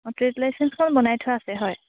অঁ ট্ৰেড লাইচেন্সখন বনাই থোৱা আছে হয়